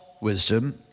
wisdom